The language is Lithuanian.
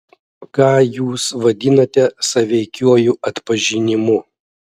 ką jūs vadinate sąveikiuoju atpažinimu